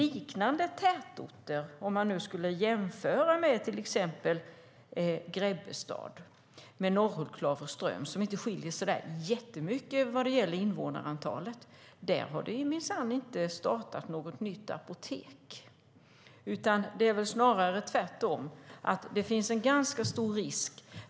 På tätorter liknande Grebbestad, till exempel Norrhult-Klavreström, som inte skiljer så jättemycket vad gäller invånarantalet, har det minsann inte öppnats några nya apotek. Snarare är det tvärtom.